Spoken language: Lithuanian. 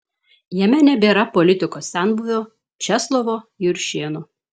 jame nebėra politikos senbuvio česlovo juršėno